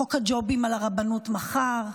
חוק הג'ובים של הרבנות מחר,